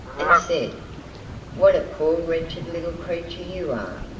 and said what a poor wretched little creature you are!